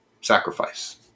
sacrifice